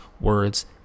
words